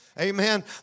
Amen